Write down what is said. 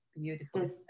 Beautiful